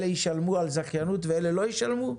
אלה ישלמו על זכיינות ואלה לא ישלמו?